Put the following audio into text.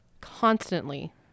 constantly